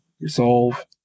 resolve